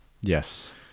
Yes